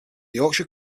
yorkshire